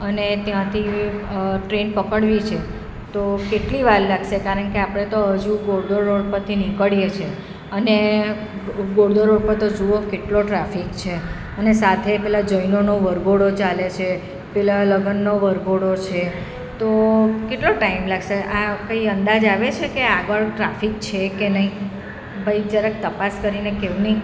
અને ત્યાંથી ટ્રેન પકડવી છે તો કેટલી વાર લાગશે કારણ કે આપણે તો હજુ ઘોડદોડ રોડ પરથી નીકળીએ છીએ અને ઘોડદોડ રોળ પર તો જુઓ કેટલો ટ્રાફિક છે અને સાથે પેલા જૈનોનો વરઘોડો ચાલે છે પેલાં લગ્નનો વરઘોડો છે તો કેટલો ટાઈમ લાગશે આ કંઈ અંદાજ આવે છે કે આગળ ટ્રાફિક છે કે નહીં ભાઈ જરાક તપાસ કરીને કહો ને